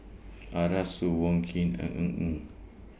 Arasu Wong Keen and Ng Eng